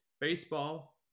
baseball